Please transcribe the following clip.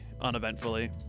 uneventfully